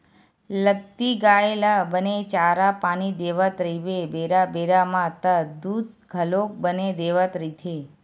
लगती गाय ल बने चारा पानी देवत रहिबे बेरा बेरा म त दूद घलोक बने देवत रहिथे